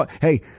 Hey